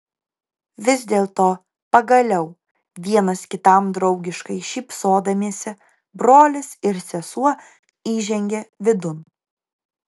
vis dėlto pagaliau vienas kitam draugiškai šypsodamiesi brolis ir sesuo įžengė vidun